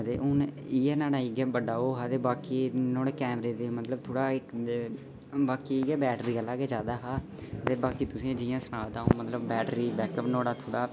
ते हून इ'यै न्हाड़ा इ'यै बड्डा ओह् हा ते बाकी नुआढ़े कैमरे दे मतलब थोह्ड़ा इक बाकी इ'यै बैटरी आह्ला गै जैदा हा ते बाकी तुसें गी जियां सनाऽ दा अ'ऊं बैटरी बैकअप नुआढ़ा थोह्ड़ा